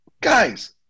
guys